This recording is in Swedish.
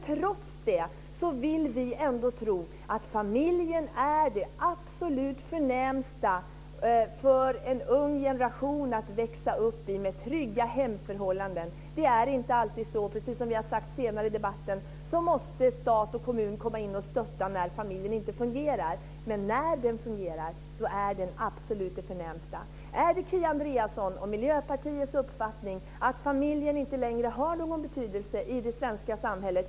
Trots det vill vi tro att familjen är det absolut förnämsta för en ung generation att växa upp i - med trygga hemförhållanden. Men det är inte alltid så. Precis som vi har sagt i debatten måste stat och kommun gå in och stötta när familjen inte fungerar. Men när familjen fungerar är den det absolut förnämsta. Är det Kia Andreassons och Miljöpartiets uppfattning att familjen inte längre har någon betydelse i det svenska samhället?